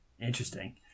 interesting